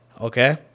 Okay